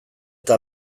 eta